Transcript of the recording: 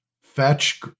fetch